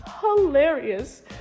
hilarious